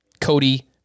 Cody